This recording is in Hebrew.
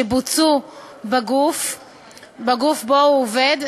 שבוצעו בגוף שבו הוא עובד,